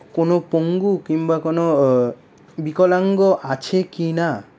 কোনো পঙ্গু কিংবা কোনো বিকলাঙ্গ আছে কি না